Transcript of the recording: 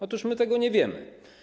Otóż my tego nie wiemy.